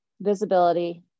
visibility